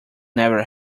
never